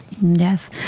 Yes